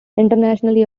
internationally